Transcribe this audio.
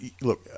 look